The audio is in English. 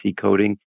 coding